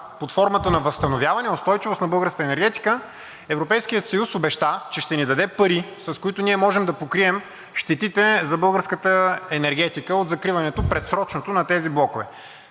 под формата на възстановяване и устойчивост на българската енергетика Европейският съюз обеща, че ще ни даде пари, с които ние можем да покрием щетите за българската енергетика от предсрочното закриване на тези блокове.